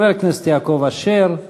חבר הכנסת יעקב אשר,